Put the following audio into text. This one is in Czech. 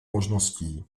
možností